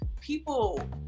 people